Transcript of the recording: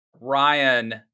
Ryan